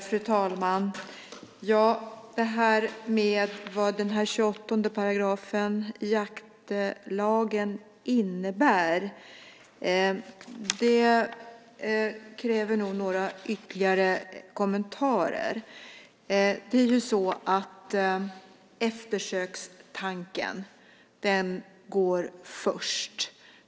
Fru talman! Det här med vad 28 § jaktlagen innebär kräver nog några ytterligare kommentarer. Det är ju så att eftersökstanken går först.